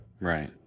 Right